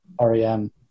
REM